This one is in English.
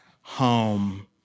home